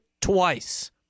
twice